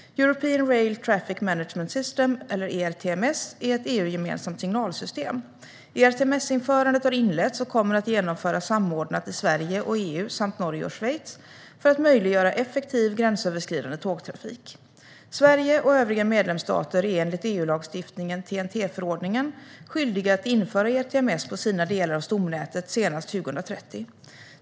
European Rail Traffic Management System är ett EU-gemensamt signalsystem. ERTMS-införandet har inletts och kommer att genomföras samordnat i Sverige och EU för att möjliggöra effektiv gränsöverskridande tågtrafik. Sverige och övriga medlemsstater är enligt EU-lagstiftningen skyldiga att införa ERTMS på sina delar av stomnätet senast 2030.